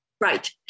right